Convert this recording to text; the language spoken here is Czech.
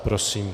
Prosím.